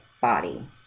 body